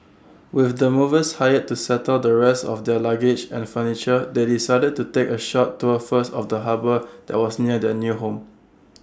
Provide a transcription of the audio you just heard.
with the movers hired to settle the rest of their luggage and furniture they decided to take A short tour first of the harbour that was near their new home